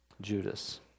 Judas